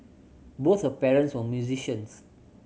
both her parents were musicians